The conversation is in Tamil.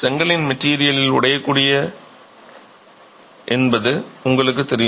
செங்கலின் மெட்டிரியல் உடையக்கூடியது என்பது உங்களுக்குத் தெரியும்